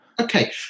Okay